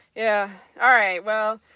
yeah alright, well,